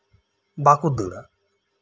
ᱵᱟᱠᱚ ᱫᱟᱹᱲᱟ